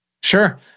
Sure